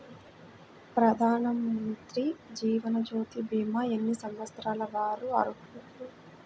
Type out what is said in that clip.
ప్రధానమంత్రి జీవనజ్యోతి భీమా ఎన్ని సంవత్సరాల వారు అర్హులు?